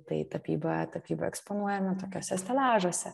tai tapyba tapyba eksponuojama tokiuose stelažuose